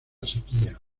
sequía